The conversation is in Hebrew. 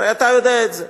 הרי אתה יודע את זה.